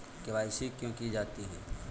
KYC क्यों की जाती है?